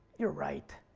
you're right.